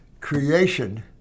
creation